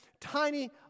tiny